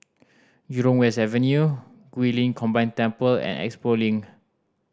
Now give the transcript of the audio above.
Jurong West Avenue Guilin Combined Temple and Expo Link